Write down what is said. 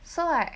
so like